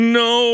no